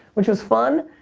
which was fun.